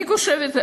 אני חושבת,